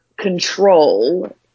Control